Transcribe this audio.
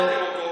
הפלתם אותו,